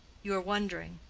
you are wondering.